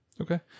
Okay